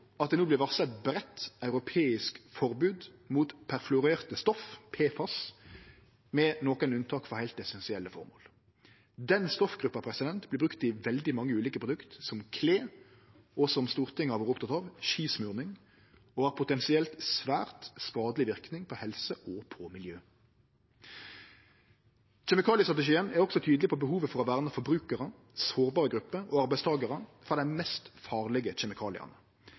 at det no vert varsla eit breitt europeisk forbod mot perfluorerte stoff, PFAS, med unntak for heilt essensielle føremål. Denne stoffgruppa vert brukt i veldig mange ulike produkt, som klede og – som Stortinget har vore oppteken av – skismurning, og har potensielt svært skadeleg verknad på helse og miljø. Kjemikaliestrategien er også tydeleg på behovet for å verne forbrukarar, sårbare grupper og arbeidstakarar frå dei mest farlege